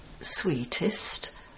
sweetest